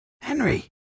Henry